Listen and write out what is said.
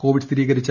Covid സ്ഥിരീകരിച്ചു